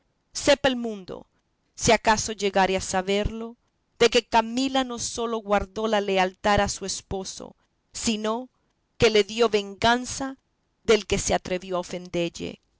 sepa el mundo si acaso llegare a saberlo de que camila no sólo guardó la lealtad a su esposo sino que le dio venganza del que se atrevió a ofendelle